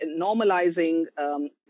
normalizing